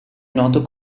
noto